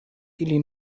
ili